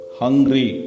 hungry